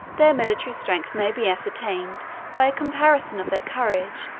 their military strength may be ascertained by a comparison of their courage,